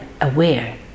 aware